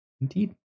Indeed